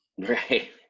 Right